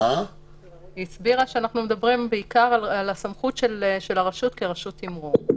היא הסבירה שאנחנו מדברים בעיקר על הסמכות של הרשות כרשות תימרור.